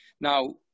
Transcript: Now